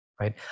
right